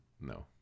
No